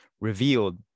revealed